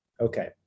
Okay